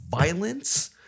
violence